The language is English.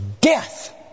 death